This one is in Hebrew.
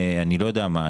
אני לא יודע מה,